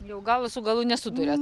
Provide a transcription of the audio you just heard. jau galo su galu nesuduriat